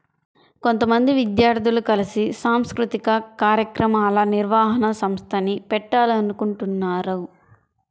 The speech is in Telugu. కొంతమంది విద్యార్థులు కలిసి సాంస్కృతిక కార్యక్రమాల నిర్వహణ సంస్థని పెట్టాలనుకుంటన్నారు